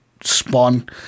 spawn